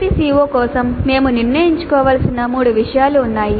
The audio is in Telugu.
ప్రతి CO కోసం మేము నిర్ణయించుకోవలసిన మూడు విషయాలు ఉన్నాయి